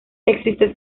existe